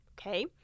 Okay